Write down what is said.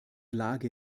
lage